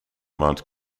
mount